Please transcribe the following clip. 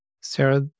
Sarah